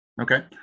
Okay